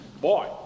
Boy